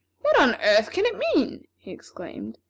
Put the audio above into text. what on earth can it mean? he exclaimed.